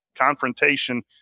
confrontation